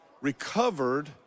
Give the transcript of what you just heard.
recovered